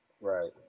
Right